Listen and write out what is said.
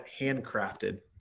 Handcrafted